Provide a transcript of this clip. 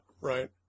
Right